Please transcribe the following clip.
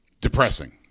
depressing